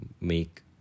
make